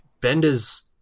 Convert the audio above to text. Bender's